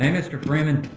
hey, mr. freeman.